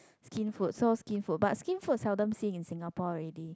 Skinfood so Skinfood but Skinfood seldom see in Singapore already